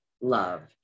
love